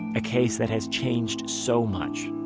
a case that has changed so much,